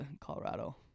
Colorado